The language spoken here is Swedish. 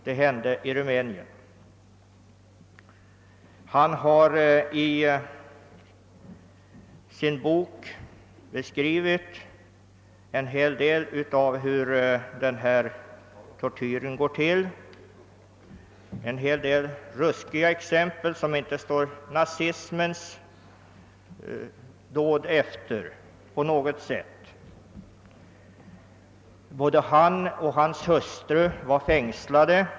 I sin bok har han lämnat en ingående beskrivning av hur denna tortyr går till. Det är ruskiga exempel, som inte på något sätt står efter nazisternas dåd. Både Richard Wurmbrand och hans hustru fängslades.